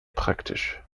praktisch